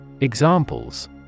Examples